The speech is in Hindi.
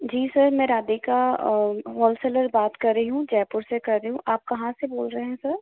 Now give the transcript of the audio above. जी सर मैं राधिका होलसेलर बात कर रही हूँ जयपुर से कर रही हूँ आप कहाँ से बात कर रहे हैं सर